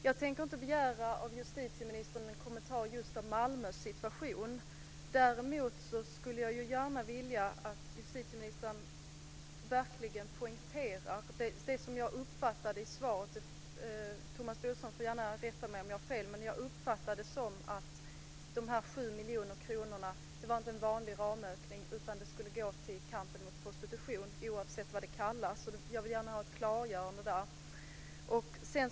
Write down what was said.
Jag tänker inte begära av justitieministern en kommentar om just Malmös situation. Däremot skulle jag gärna vilja att justitieministern verkligen poängterar det som jag uppfattade i svaret - Thomas Bodström får gärna rätta mig om jag har fel - nämligen att de 7 miljoner kronorna inte utgjorde en vanlig ramökning utan att pengarna skulle gå till kampen mot prostitution oavsett vad den kallas. Jag vill gärna ha ett klargörande på den punkten.